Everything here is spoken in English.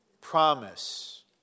Promise